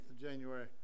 January